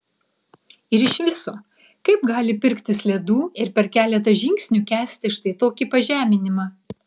ir iš viso kaip gali pirktis ledų ir per keletą žingsnių kęsti štai tokį pažeminimą